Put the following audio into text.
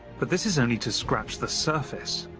but this is only to scratch the surface.